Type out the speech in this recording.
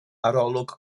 arolwg